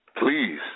Please